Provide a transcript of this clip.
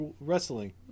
wrestling